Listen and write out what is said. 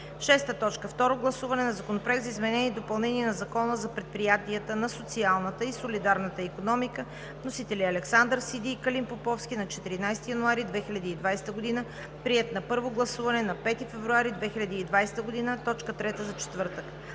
Второ гласуване на Законопроекта за изменение и допълнение на Закона за предприятията на социалната и солидарната икономика. Вносители – Александър Сиди и Калин Поповски, на 14 януари 2020 г., приет на първо гласуване на 5 февруари 2020 г. –